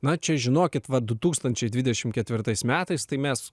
na čia žinokit va du tūkstančiai dvidešim ketvirtais metais tai mes